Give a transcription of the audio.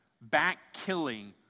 back-killing